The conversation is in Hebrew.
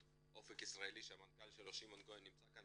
"אופק ישראלי" שהמנכ"ל שלו שמעון כהן נמצא כאן,